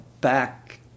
back